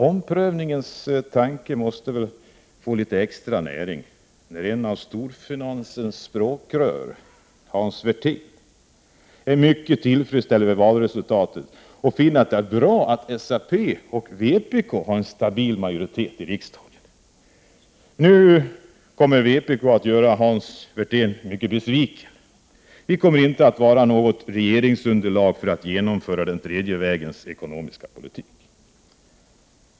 Omprövningens tanke måste väl få litet extra näring när ett av storfinansens språkrör, Hans Werthén, är mycket tillfredsställd över valresultatet och finner att det är bra att SAP och vpk har en stabil majoritet i riksdagen. Nu kommer vpk att göra Hans Werthén besviken. Vi kommer inte att vara något regeringsunderlag för att genomföra den tredje vägens ekonomiska politik.